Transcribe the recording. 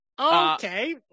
Okay